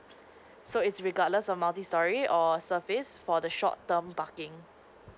so it's regardless of multistorey or surface for the short term parking